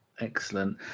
excellent